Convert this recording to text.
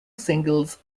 singles